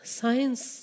science